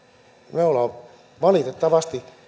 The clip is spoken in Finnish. me me olemme valitettavasti